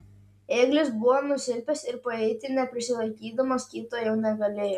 ėglis buvo nusilpęs ir paeiti neprisilaikydamas kito jau negalėjo